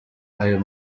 ayo